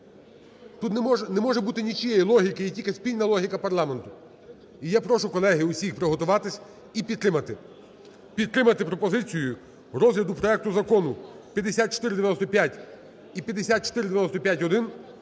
Тут не може бути нічиєї логіки, є тільки спільна логіка парламенту. І я прошу, колеги, усіх приготуватись і підтримати. Підтримати пропозицію розгляду проекту Закону 5495 і 5495-1